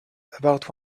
about